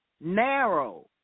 Narrow